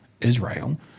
Israel